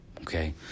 okay